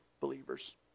believers